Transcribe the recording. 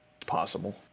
possible